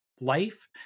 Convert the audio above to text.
life